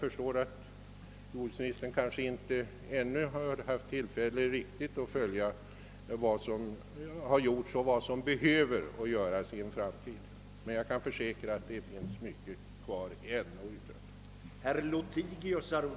Jordbruksministern har kanske ännu inte haft tillfälle att sätta sig in i vad som har gjorts och vad som behöver göras i framtiden. Det förstår jag i så fall. Men jag kan försäkra att det är mycket kvar att göra.